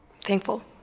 thankful